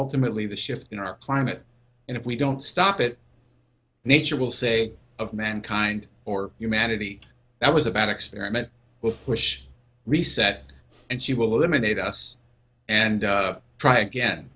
ultimately the shift in our climate and if we don't stop it nature will say of mankind or humanity that was a bad experiment will push reset and she will eliminate us and try again